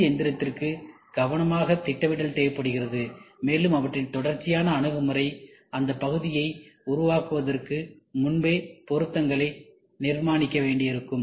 C எந்திரத்திற்கு கவனமாக திட்டமிடல் தேவைப்படுகிறது மேலும் அவற்றின் தொடர்ச்சியான அணுகுமுறை அந்த பகுதியை உருவாக்குவதற்கு முன்பே பொருத்துதல்களை நிர்மாணிக்க வேண்டியிருக்கும்